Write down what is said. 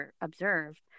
observed